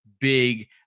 big